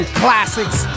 classics